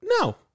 no